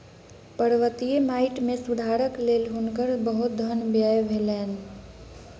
पर्वतीय माइट मे सुधारक लेल हुनकर बहुत धन व्यय भेलैन